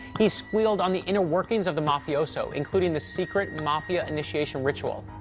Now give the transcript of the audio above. he squealed on the inner workings of the mafioso, including the secret mafia initiation ritual.